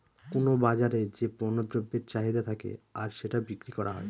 কোনো বাজারে যে পণ্য দ্রব্যের চাহিদা থাকে আর সেটা বিক্রি করা হয়